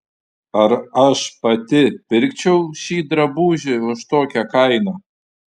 ar aš pati pirkčiau šį drabužį už tokią kainą